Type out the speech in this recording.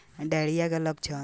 Diarrhoea के लक्षण का होला?